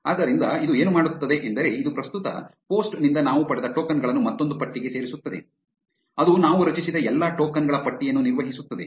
ಆದ್ದರಿಂದ ಇದು ಏನು ಮಾಡುತ್ತದೆ ಎಂದರೆ ಇದು ಪ್ರಸ್ತುತ ಪೋಸ್ಟ್ ನಿಂದ ನಾವು ಪಡೆದ ಟೋಕನ್ ಗಳನ್ನು ಮತ್ತೊಂದು ಪಟ್ಟಿಗೆ ಸೇರಿಸುತ್ತದೆ ಅದು ನಾವು ರಚಿಸಿದ ಎಲ್ಲಾ ಟೋಕನ್ ಗಳ ಪಟ್ಟಿಯನ್ನು ನಿರ್ವಹಿಸುತ್ತದೆ